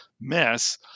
mess